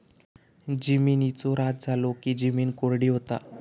जिमिनीचो ऱ्हास झालो की जिमीन कोरडी होता